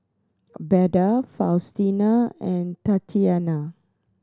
Beda Faustino and Tatianna